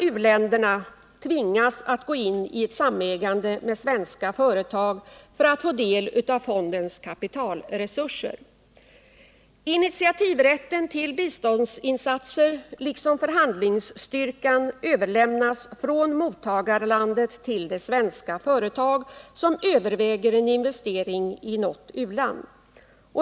U-länderna tvingas att gå in i ett samägande med svenska företag för att få del av fondens kapitalresurser. Initiativrätten till biståndsinsatser liksom förhandlingsstyrkan överlämnas från mottagarlandet till det svenska företag som överväger en investering i något u-land.